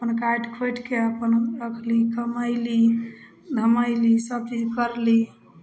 अपन काटि खोटिके अपन रखली कमैली धमैली सब चीज करली